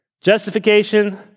Justification